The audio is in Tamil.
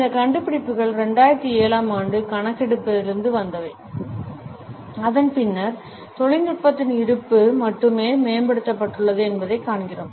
இந்த கண்டுபிடிப்புகள் 2007 ஆம் ஆண்டு கணக்கெடுப்பிலிருந்து வந்தவை அதன்பின்னர் தொழில்நுட்பத்தின் இருப்பு மட்டுமே மேம்படுத்தப்பட்டுள்ளது என்பதைக் காண்கிறோம்